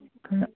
ꯈꯔ